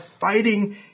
fighting